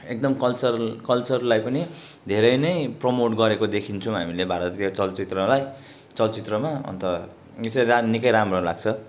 एकदम कल्चरल कल्चरलाई पनि धेरै नै प्रमोट गरेको देखिरहन्छौँ हामीले भारतीय चलचित्रलाई चलचित्रमा अन्त यो चाहिँ जान निकै राम्रो लाग्छ